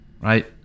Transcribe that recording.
Right